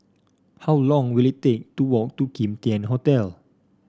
how long will it take to walk to Kim Tian Hotel